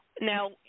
Now